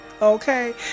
Okay